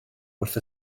wrth